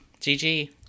GG